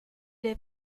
est